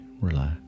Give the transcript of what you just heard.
Relax